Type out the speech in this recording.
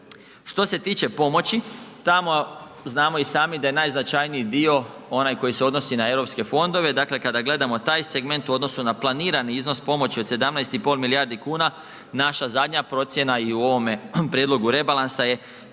Što se tiče pomoći tamo znamo i sami da je najznačajniji dio onaj koji se odnosi na europske fondove, dakle kada gledamo taj segment u odnosu na planirani iznos pomoći od 17,5 milijardi kuna naša zadnja procjena i u ovome prijedlogu rebalansa je